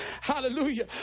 hallelujah